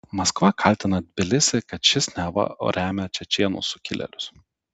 maskva kaltina tbilisį kad šis neva remia čečėnų sukilėlius